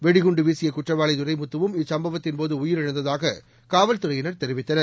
வெடிகுண்டு வீசிய குற்றவாளி துரைமுத்துவும் இச்சம்பவத்தின்போது உயிரிழந்ததாக காவல்துறையினர் தெரிவித்தனர்